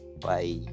Bye